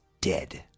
dead